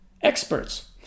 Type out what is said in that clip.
experts